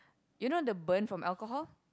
you know the burn from alcohol